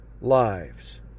lives